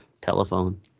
telephone